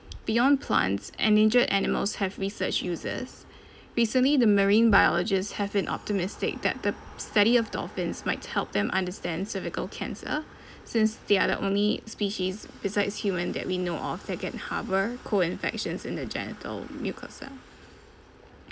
beyond plants endangered animals have research uses recently the marine biologists have been optimistic that the study of dolphins might help them understand cervical cancer since they are the only species besides human that we know of that can harbour co-infections in their genital mucosa